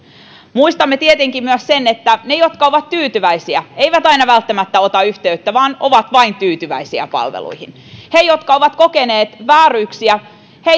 muistamme tietenkin myös sen että ne jotka ovat tyytyväisiä eivät aina välttämättä ota yhteyttä vaan ovat vain tyytyväisiä palveluihin heidän jotka ovat kokeneet vääryyksiä